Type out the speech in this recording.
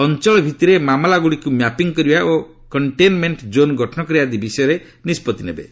ଅଞ୍ଚଳ ଭିତ୍ତିରେ ମାମଲାଗୁଡ଼ିକୁ ମ୍ୟାପିଂ କରିବା ଓ କଣ୍ଟେନ୍ମେଣ୍ଟ ଜୋନ୍ ଗଠନ କରିବା ଆଦି ବିଷୟରେ ନିଷ୍ପଭି ନେବେ